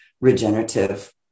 regenerative